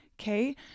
okay